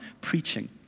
preaching